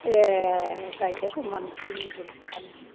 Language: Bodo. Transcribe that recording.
ए गाइखेरखौ मानो दुइ नमब'रि फानोनो